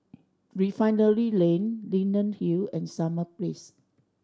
Refinery Lane Leyden Hill and Summer Place